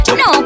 no